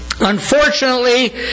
Unfortunately